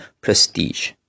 prestige